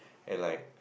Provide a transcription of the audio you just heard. and like